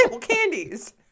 candies